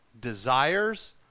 desires